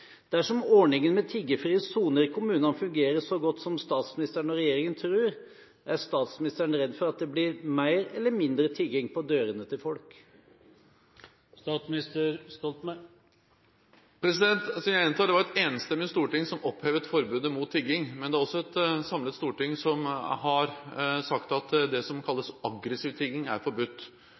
Dersom ordningen med tiggefrie soner i kommunene fungerer så godt som statsministeren og regjeringen tror, er statsministeren redd for at det blir mer eller mindre tigging på dørene til folk? Jeg gjentar: Det var et enstemmig storting som opphevet forbudet mot tigging, men det er også et samlet storting som har sagt at det som kalles aggressiv tigging, er forbudt.